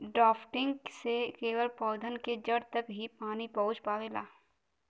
drafting से केवल पौधन के जड़ तक ही पानी पहुँच पावेला